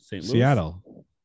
Seattle